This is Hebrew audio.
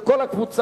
של כל הקבוצה,